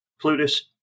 Plutus